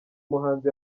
muhanzi